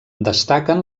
destaquen